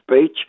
speech